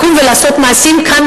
לקום ולעשות מעשים כאן,